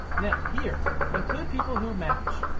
now, here include people who match.